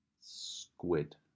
Squid